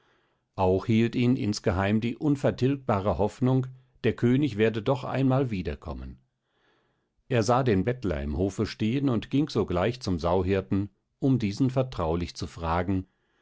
auch hielt ihn insgeheim die unvertilgbare hoffnung der könig werde doch einmal wiederkommen er sah den bettler im hofe stehen und ging sogleich zum sauhirten um diesen vertraulich zu fragen